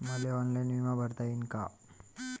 मले ऑनलाईन बिमा भरता येईन का?